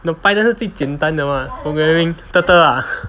你懂 python 是最简单的 mah comparing turtle ah